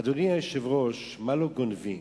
אדוני היושב-ראש, מה לא גונבים,